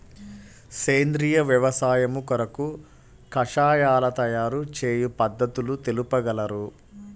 సేంద్రియ వ్యవసాయము కొరకు కషాయాల తయారు చేయు పద్ధతులు తెలుపగలరు?